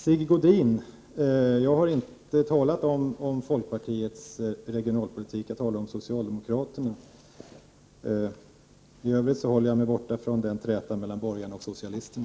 Sigge Godin, jag har inte talat om folkpartiets regionalpolitik, jag har talat om socialdemokraternas. I övrigt håller jag mig borta från trätan mellan borgarna och socialisterna.